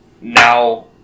now